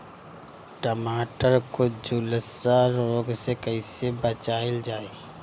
टमाटर को जुलसा रोग से कैसे बचाइल जाइ?